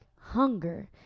hunger